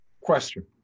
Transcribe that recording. Question